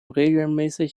regelmäßig